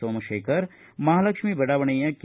ಸೋಮಶೇಖರ್ ಮಹಾಲಕ್ಷ್ಮೀ ಬಡಾವಣೆಯ ಕೆ